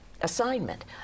assignment